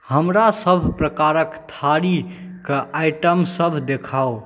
हमरा सभप्रकारक थारीके आइटमसभ देखाउ